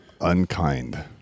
unkind